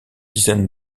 dizaines